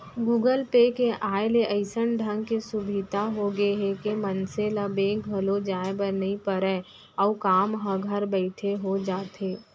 Google Pay के आय ले अइसन ढंग के सुभीता हो गए हे के मनसे ल बेंक घलौ जाए बर नइ परय अउ काम ह घर बइठे हो जाथे